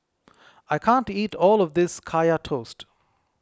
I can't eat all of this Kaya Toast